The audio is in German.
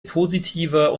positiver